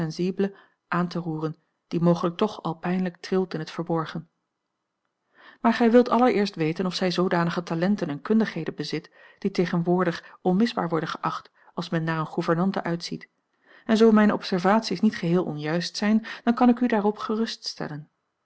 aan te roeren die mogelijk toch al pijnlijk trilt in het verborgen maar gij wilt allereerst weten of zij zoodanige talenten en kundigheden bezit die tegenwoordig onmisbaar worden geacht als men naar eene gouvernante uitziet en zoo mijne observaties niet geheel onjuist zijn dan kan ik u daarop